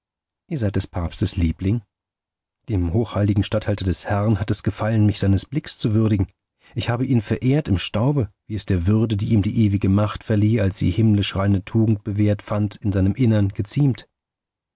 ihr seid des papstes liebling dem hochheiligen statthalter des herrn hat es gefallen mich seines blicks zu würdigen ich habe ihn verehrt im staube wie es der würde die ihm die ewige macht verlieh als sie himmlisch reine tugend bewährt fand in seinem innern geziemt